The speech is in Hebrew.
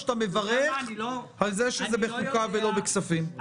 שאתה מברך על זה שזה בחוקה ולא בכספים.